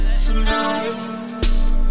tonight